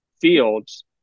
fields